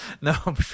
No